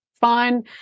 fine